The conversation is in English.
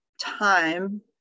time